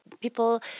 People